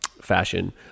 fashion